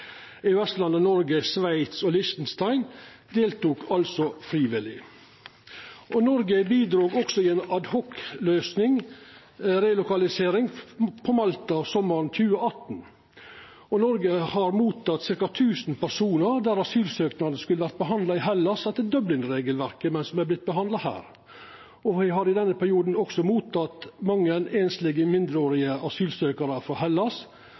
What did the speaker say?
Noreg, Sveits og Liechtenstein deltok altså frivillig. Noreg bidrog også i ei adhocrelokalisering frå Malta sommaren 2018. Noreg har òg motteke ca. tusen personar der asylsøknaden skulle ha vore behandla i Hellas etter Dublin-regelverket, men som har vorte behandla her. Me har i denne perioden også teke imot mange einslege mindreårige asylsøkjarar frå Hellas, og me har teke imot fleire familiar. Totalt har me avlasta Hellas